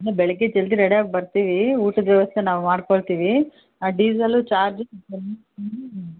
ಬೆಳಗ್ಗೆ ಜಲ್ದಿ ರೆಡಾಗಿ ಬರ್ತೀವಿ ಊಟದ ವ್ಯವಸ್ಥೆ ನಾವು ಮಾಡಿಕೊಳ್ತೀವಿ ಡೀಸಲ್ಲು ಚಾರ್ಜ್